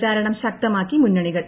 പ്രചാരണം ശക്തമാക്കി മുന്നണികൾ